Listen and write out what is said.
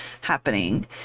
happening